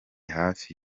hafi